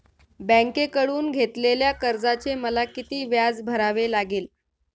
बँकेकडून घेतलेल्या कर्जाचे मला किती व्याज भरावे लागेल?